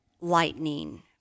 lightning